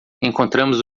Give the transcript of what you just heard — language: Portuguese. encontramos